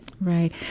Right